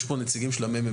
יש פה נציגים של הממ"מ?